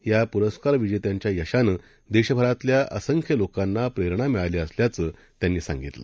यापुरस्कारविजेत्यांच्यायशानंदेशभरातल्याअसंख्यलोकांनाप्रेरणामिळालीअसल्याचंत्यांनीसांगितलं